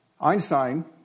Einstein